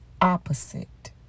Opposite